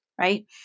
Right